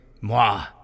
Moi